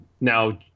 now